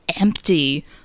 empty